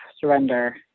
surrender